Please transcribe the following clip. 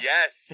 Yes